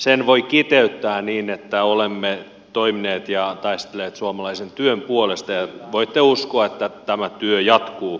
sen voi kiteyttää niin että olemme toimineet ja taistelleet suomalaisen työn puolesta ja voitte uskoa että tämä työ jatkuu